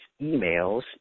emails